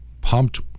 pumped